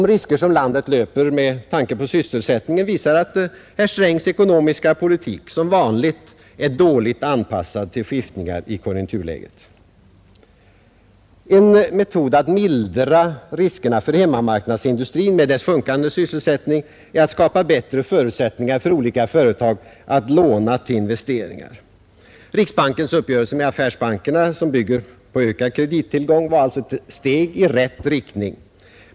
De risker landet löper med tanke på sysselsättningen visar att herr Strängs ekonomiska politik som vanligt är dåligt anpassad till skiftningar i konjunkturläget. En metod att mildra riskerna för hemmamarknadsindustrin med dess sjunkande sysselsättning är att skapa bättre förutsättningar för olika slag av företag att låna till investeringar. Riksbankens uppgörelse med affärsbankerna, som bygger på ökad kredittillgång, var ett steg i rätt riktning.